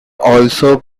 also